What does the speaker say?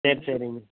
சரி சரிங்க